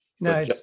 no